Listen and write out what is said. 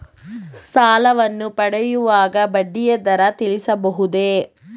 ಸಾಲವನ್ನು ಪಡೆಯುವಾಗ ಬಡ್ಡಿಯ ದರ ತಿಳಿಸಬಹುದೇ?